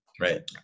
Right